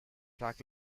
track